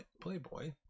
playboy